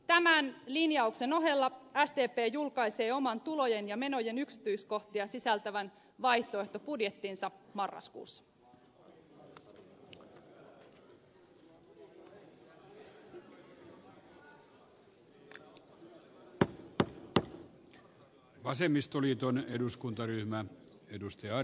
tämän linjauksen ohella sdp julkaisee oman tulojen ja menojen yksityiskohtia sisältävän vaihtoehtobudjettinsa marraskuussa